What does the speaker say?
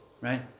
right